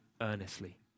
earnestly